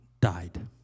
died